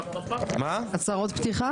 הצהרות?